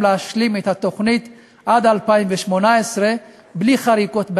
להשלים את התוכנית עד 2018 בלי חריקות באמצע.